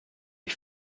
ich